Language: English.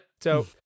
So-